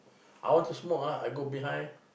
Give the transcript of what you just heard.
I want to smoke ah I go behind